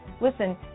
listen